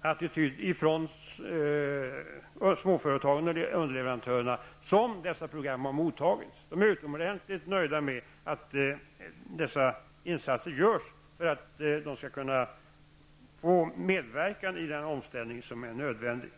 attityd. De är utomordentligt nöjda med att insatser görs för att de skall kunna medverka i den omställning som är nödvändig.